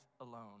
alone